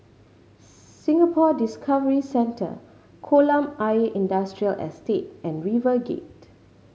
Singapore Discovery Centre Kolam Ayer Industrial Estate and RiverGate